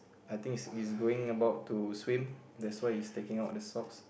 I think he's he's going about to swim that's why he's taking out the socks